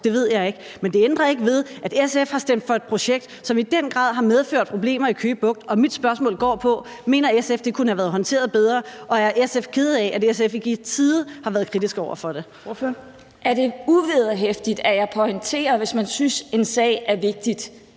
ved jeg ikke. Men det ændrer ikke ved, at SF har stemt for et projekt, som i den grad har medført problemer i Køge Bugt. Og mit spørgsmål går på, om SF mener, at det kunne have været håndteret bedre, og om SF er ked af, at SF ikke i tide har været kritisk over for det. Kl. 13:12 Tredje næstformand (Trine Torp) : Ordføreren. Kl. 13:12 Pia